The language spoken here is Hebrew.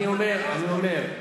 אני אומר: